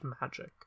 magic